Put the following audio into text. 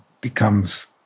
becomes